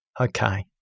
okay